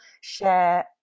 share